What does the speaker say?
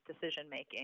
decision-making